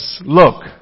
Look